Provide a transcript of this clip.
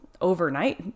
overnight